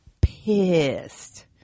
pissed